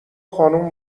خانوم